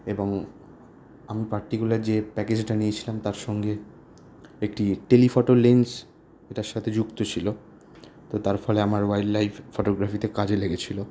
এবং আমি পার্টিকুলার যে প্যাকেজটা নিয়েছিলাম তার সঙ্গে একটি টেলিফটো লেন্স এটার সাথে যুক্ত ছিল তো তার ফলে আমার ওয়াইল্ডলাইফ ফটোগ্রাফিতে কাজে লেগেছিল